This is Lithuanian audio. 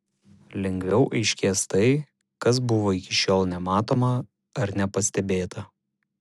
lengviau aiškės tai kas buvo iki šiol nematoma ar nepastebėta